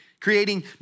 creating